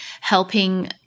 helping